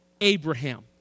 Abraham